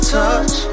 touch